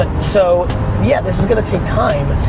ah so yeah, this is gonna take time,